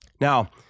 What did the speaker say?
Now